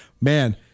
Man